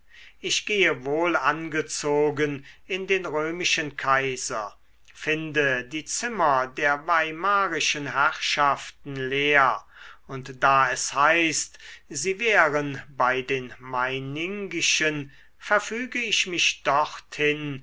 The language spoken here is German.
ich gehe wohlangezogen in den römischen kaiser finde die zimmer der weimarischen herrschaften leer und da es heißt sie wären bei den meiningischen verfüge ich mich